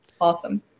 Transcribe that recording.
Awesome